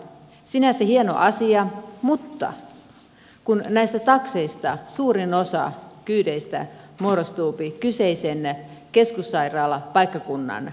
sinänsä hieno asia mutta suurin osa taksikyydeistä muodostuu kyseisen keskussairaalapaikkakunnan ajoneuvoille